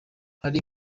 hari